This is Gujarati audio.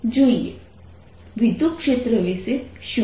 વિદ્યુતક્ષેત્ર વિશે શું